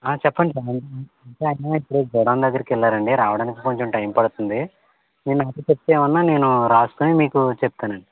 చెప్పండి సార్ అంటే ఆయన ఇప్పుడే గోడౌన్ దగ్గరికి వెళ్ళారండి రావడానికి కొంచెం టైం పడుతుంది ఈ మధ్య చెప్తే ఏవైనా నేను రాసుకుని మీకు చెప్తానండి